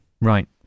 Right